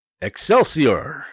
excelsior